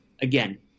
Again